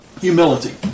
Humility